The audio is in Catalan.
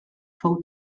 fou